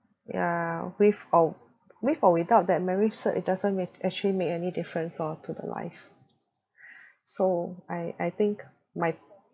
yeah with or with or without that marriage cert it doesn't make actually make any difference orh to the life so I I think my